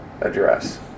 address